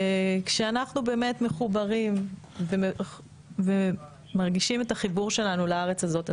כשאנחנו מחוברים ומרגישים את החיבור שלנו לארץ הזאת,